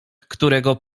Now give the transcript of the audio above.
którego